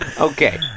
Okay